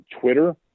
Twitter